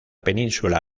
península